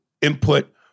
input